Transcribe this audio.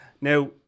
Now